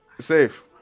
Safe